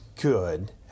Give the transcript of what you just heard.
good